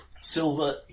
Silver